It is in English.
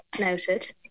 Noted